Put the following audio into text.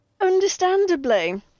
Understandably